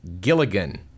Gilligan